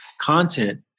content